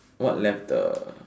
what left the